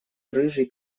рыжий